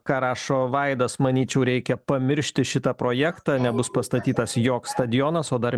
ką rašo vaidas manyčiau reikia pamiršti šitą projektą nebus pastatytas joks stadionas o dar